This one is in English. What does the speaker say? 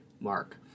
mark